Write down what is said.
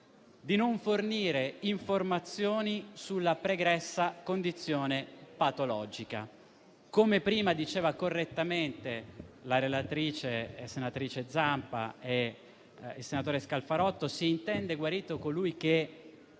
di non fornire informazioni sulla pregressa condizione patologica. Come prima dicevano correttamente la relatrice, senatrice Zampa, e il senatore Scalfarotto si intende guarito colui che,